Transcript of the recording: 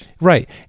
right